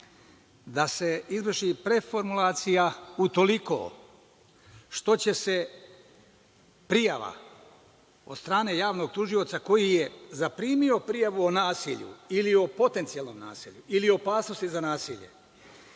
da se izvrši preformulacija utoliko što će se prijava od strane javnog tužioca koji je primio prijavu o nasilju ili o potencijalnom nasilju ili opasnosti za nasilje